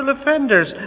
offenders